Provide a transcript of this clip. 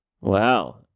Wow